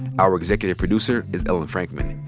our executive producer is ellen frankman.